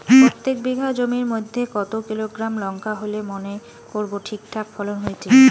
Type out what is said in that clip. প্রত্যেক বিঘা জমির মইধ্যে কতো কিলোগ্রাম লঙ্কা হইলে মনে করব ঠিকঠাক ফলন হইছে?